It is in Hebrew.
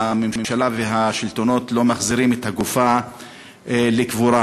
והממשלה והשלטונות לא מחזירים את הגופה לקבורה.